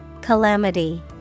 Calamity